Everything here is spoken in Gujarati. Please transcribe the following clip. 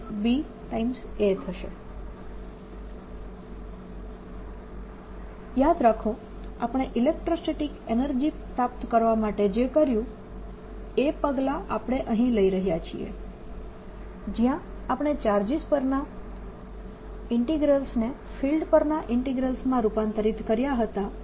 A યાદ રાખો આપણે ઇલેક્ટ્રોસ્ટેટીક એનર્જી પ્રાપ્ત કરવા માટે જે કર્યું એ પગલાં આપણે અહીં લઈ રહ્યા છીએ જ્યાં આપણે ચાર્જીસ પરના ઈન્ટીગ્રલ્સ ને ફિલ્ડ પરના ઈન્ટીગ્રલ્સમાં રૂપાંતરિત કર્યા હતા